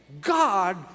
God